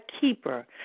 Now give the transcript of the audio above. keeper